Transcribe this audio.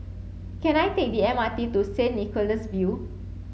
can I take the M R T to St Nicholas View